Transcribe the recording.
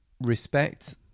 respect